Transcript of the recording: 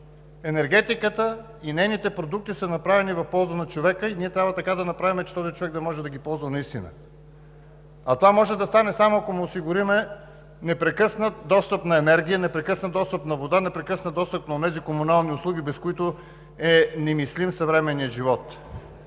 енергетиката и нейните продукти са направени в полза на човека и ние трябва така да направим, че наистина този човек да може да ги ползва. А това може да стане само ако му осигурим непрекъснат достъп на енергия, непрекъснат достъп на вода, непрекъснат достъп на онези комунални услуги, без които е немислим съвременният живот.